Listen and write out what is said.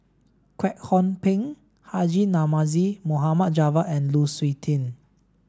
Kwek Hong Png Haji Namazie Mohd Javad and Lu Suitin